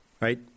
right